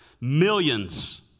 Millions